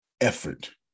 effort